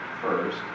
first